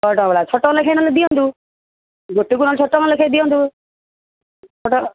ଛଅଟଙ୍କା ବାଲା ଛଅଟଙ୍କା ନହେଲେ ଦିଅନ୍ତୁ ଗୋଟେକୁ ନହେଲେ ଛଅଟଙ୍କେ ଲେଖା ଦିଅନ୍ତୁ